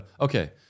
Okay